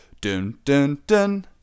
dun-dun-dun